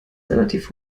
relativ